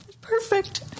Perfect